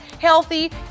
healthy